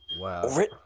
Wow